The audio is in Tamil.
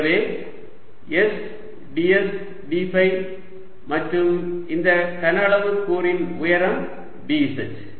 எனவே s ds d ஃபை மற்றும் இந்த கன அளவு கூறுன் உயரம் dz